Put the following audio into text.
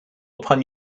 upon